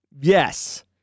yes